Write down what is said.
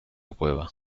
cueva